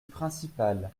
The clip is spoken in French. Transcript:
principale